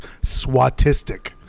swatistic